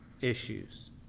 issues